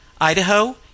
Idaho